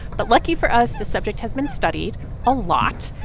but lucky for us, the subject has been studied a lot.